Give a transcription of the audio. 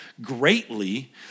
greatly